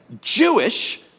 Jewish